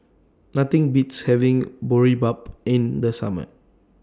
Nothing Beats having Boribap in The Summer